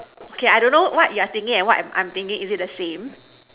okay I don't know what you're thinking and what I'm I'm thinking is it the same